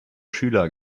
schüler